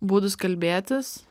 būdus kalbėtis